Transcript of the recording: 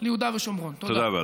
תודה רבה.